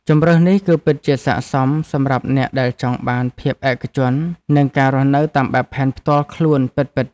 ជម្រើសនេះគឺពិតជាស័ក្តិសមសម្រាប់អ្នកដែលចង់បានភាពឯកជននិងការរស់នៅតាមបែបផែនផ្ទាល់ខ្លួនពិតៗ។